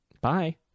bye